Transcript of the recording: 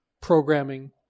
programming